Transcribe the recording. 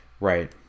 right